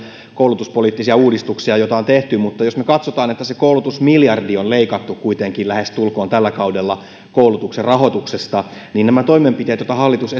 koulutuspoliittisia uudistuksia joita on tehty mutta jos me katsomme että se koulutusmiljardi on leikattu kuitenkin lähestulkoon tällä kaudella koulutuksen rahoituksesta niin nämä toimenpiteet joita hallitus